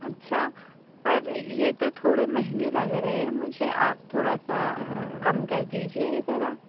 اچھا پر یہ تو تھوڑے مہنگے لگ رہے ہیں مجھے آپ تھوڑا سا کم کر دیجیے ذرا